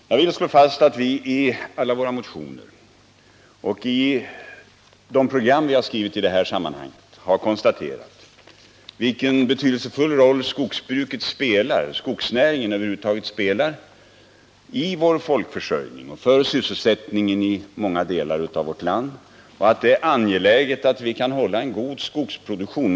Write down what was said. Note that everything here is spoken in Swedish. Jag vill slå fast att vi i alla våra motioner, och i de program vi skrivit i det här sammanhanget, har konstaterat vilken betydelsefull roll skogsnäringen spelar i vår folkförsörjning för sysselsättningen i många delar av vårt land och att det är angeläget att vi kan hålla en god skogsproduktion.